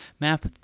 Map